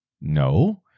No